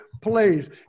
plays